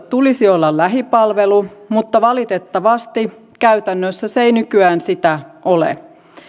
tulisi olla lähipalvelu mutta valitettavasti käytännössä se ei nykyään sitä ole